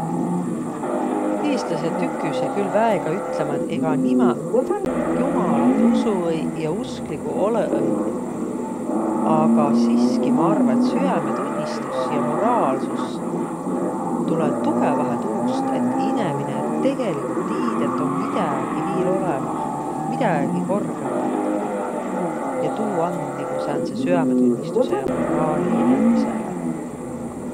Iistläseq tüküseq külh väega ütlemä, et ega nimäq jumalat usu õiq ja uskliguq olõ-õiq. Aga siski, ma arva, et süämetunnistus ja moraalsus tulõ tugõvahe tuust, et inemine tegeligult tiid, et om midägi viil olõmah, midägi korgõmbat. Ja tuu and nigu sääntse süämetunnistusõ ja moraali inemisele.